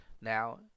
now